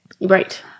Right